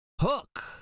Hook